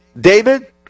David